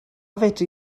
fedri